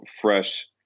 fresh